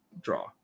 draw